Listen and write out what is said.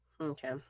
okay